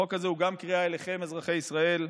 החוק הזה הוא גם קריאה אליכם, אזרחי ישראל: